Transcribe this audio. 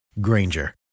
Granger